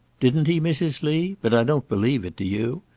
didn't he, mrs. lee? but i don't believe it do you?